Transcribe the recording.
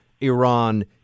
Iran